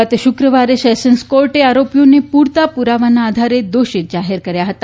ગત શક્રવારે સેશન્સ કોર્ટે આરોપીઓને પુરતા પુરાવાના આધારે દોષિત જાહેર કર્યા હતા